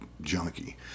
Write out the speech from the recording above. junkie